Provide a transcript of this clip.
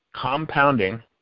compounding